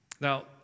Now